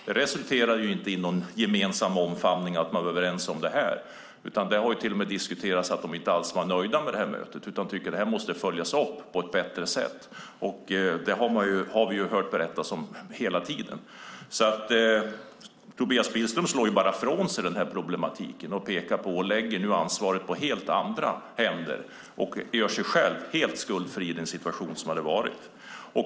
Det resulterade inte i någon gemensam omfamning att man var överens om det här, utan det har till och med diskuterats att de inte alls var nöjda med mötet utan tycker att det måste följas upp på ett bättre sätt. Det har vi ju hört berättas hela tiden. Tobias Billström slår bara ifrån sig problematiken och lägger nu ansvaret på helt andra händer och gör sig själv helt skuldfri i den situation som har varit.